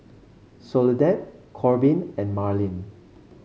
Soledad Korbin and Marlin